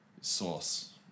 source